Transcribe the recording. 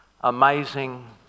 amazing